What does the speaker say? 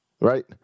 Right